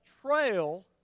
trail